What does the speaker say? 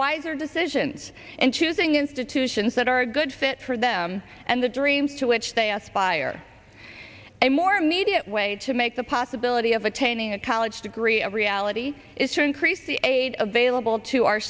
wiser decisions in choosing institutions that are a good fit for them and the dreams to which they aspire a more immediate way to make the possibility of attaining a college degree a reality is to increase the aid available to our